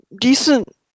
decent